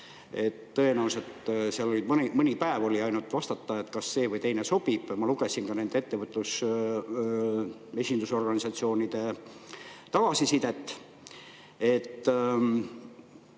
Tõenäoliselt oli seal ainult mõni päev [aega] vastata, kas see või teine sobib. Ma lugesin ka nende ettevõtjate esindusorganisatsioonide tagasisidet.